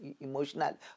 emotional